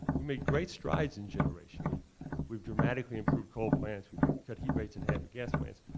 we've made great strides in generation, we've we've dramatically improved coal plants, we've cut heat rates in half at gas plants.